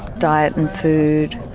diet and food.